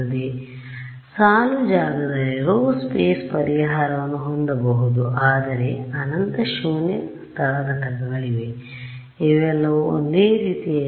ಆದುದರಿಂದ ಸಾಲು ಜಾಗದಲ್ಲಿ ಪರಿಹಾರವನ್ನು ಹೊಂದಬಹುದು ಆದರೆ ಅನಂತ ಶೂನ್ಯ ಸ್ಥಳ ಘಟಕಗಳಿವೆ ಇವೆಲ್ಲವೂ ಒಂದೇ ರೀತಿಯ s